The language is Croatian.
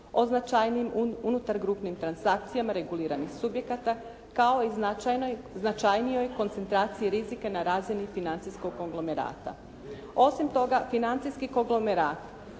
o značajnijim unutar grupnim transakcijama reguliranih subjekata, kao i značajnijoj koncentraciji rizika na razini financijskog konglomerata. Osim toga, financijski konglomerat